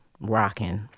rocking